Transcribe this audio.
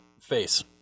Face